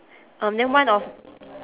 um then one of